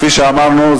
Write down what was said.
כפי שאמרנו,